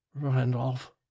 Randolph